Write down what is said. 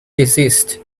desist